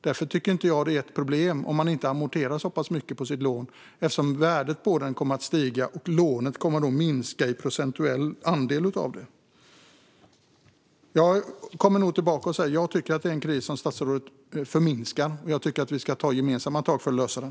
Därför tycker jag inte att det är ett problem om man inte amorterar så mycket på sitt lån, eftersom värdet på bostaden kommer att stiga och lånet då kommer att minska i procentuell andel. Jag återkommer till att jag tycker att det är en kris som statsrådet förminskar, och jag tycker att vi ska ta gemensamma tag för att lösa den.